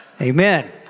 Amen